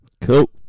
Cool